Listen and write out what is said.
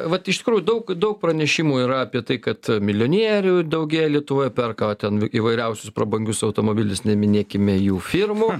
vat iš tikrųjų daug daug pranešimų yra apie tai kad milijonierių daugėja lietuvoje perka ten įvairiausius prabangius automobilius neminėkime jų firmų